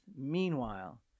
Meanwhile